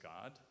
God